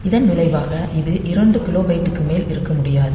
இதன் விளைவாக இது 2 கிலோபைட்டுக்கு மேல் இருக்க முடியாது